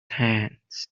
hands